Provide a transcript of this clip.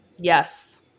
Yes